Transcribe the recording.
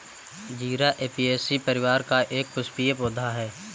जीरा ऍपियेशी परिवार का एक पुष्पीय पौधा है